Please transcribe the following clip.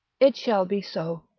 it shall be so.